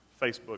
Facebook